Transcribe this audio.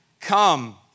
come